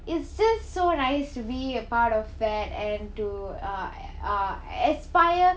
it's just so nice to be a part of that and to uh a~ uh aspire